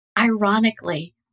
ironically